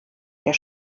der